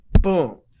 boom